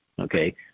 okay